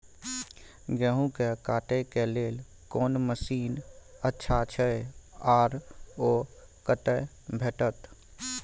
गेहूं के काटे के लेल कोन मसीन अच्छा छै आर ओ कतय भेटत?